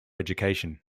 education